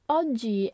oggi